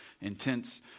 intense